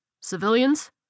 Civilians